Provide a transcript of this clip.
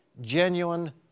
Genuine